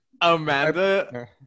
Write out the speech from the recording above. Amanda